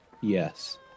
yes